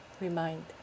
remind